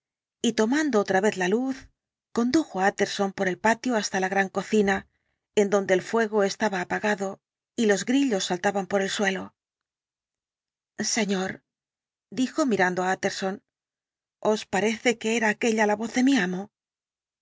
y tomando otra vez la luz condujo á tjtterson por el patio hasta la gran cocina en donde el fuego estaba apagado y los grillos saltaban por el suelo señor dijo mirando á tjtterson os parece que era aquélla la voz de mi amo